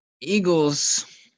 Eagles –